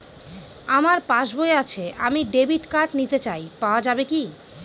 আমার পাসবই আছে আমি ডেবিট কার্ড নিতে চাই পাওয়া যাবে কি?